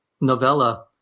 novella